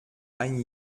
ein